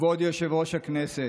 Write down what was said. כבוד יושב-ראש הכנסת,